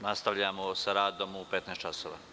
Nastavljamo sa radom u 15,00 časova.